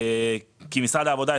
כי משרד העבודה,